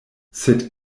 sed